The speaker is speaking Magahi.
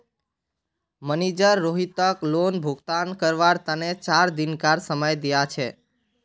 मनिजर रोहितक लोन भुगतान करवार तने चार दिनकार समय दिया छे